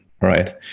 right